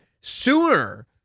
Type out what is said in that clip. sooner